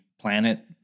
planet